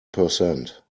percent